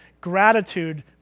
Gratitude